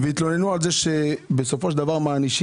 ויתלוננו על זה שבסופו של דבר מענישים